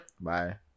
Bye